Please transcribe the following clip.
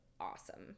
awesome